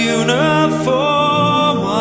uniform